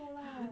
没有啦